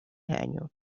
año